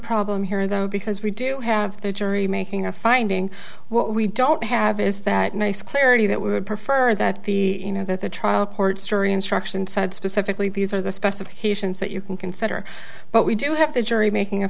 problem here though because we do have the jury making a finding what we don't have is that nice clarity that we would prefer that the you know that the trial court story instruction said specifically these are the specifications that you can consider but we do have the jury making a